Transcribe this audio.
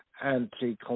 anti